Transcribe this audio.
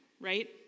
right